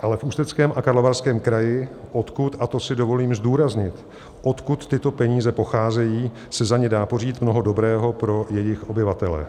Ale v Ústeckém a Karlovarském kraji, odkud, a to si dovolím zdůraznit, odkud tyto peníze pocházejí, se za ně dá pořídit mnoho dobrého pro jejich obyvatele.